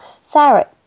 Sarah